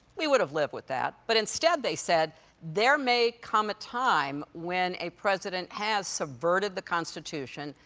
we would have lived with that, but instead, they said there may come a time when a president has subverted the constitution,